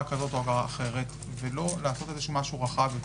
כזו או אחרת ולא לעשות משהו רחב יותר?